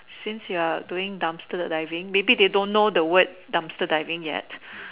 since you are doing dumpster diving maybe they don't know the word dumpster diving yet